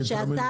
עונשין.